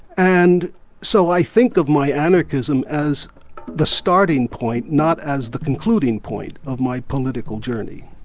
and so i think of my anarchism as the starting point, not as the concluding point of my political journey.